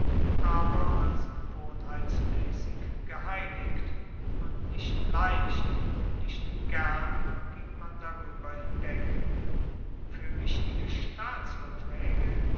aber als gewohnheitsmaessig geheiligt und nicht leicht und nicht gern ging man darueber hinweg fuer wichtige staatsvertraege